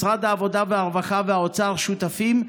משרד העבודה והרווחה והאוצר שותפים,